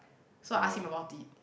so I ask him about it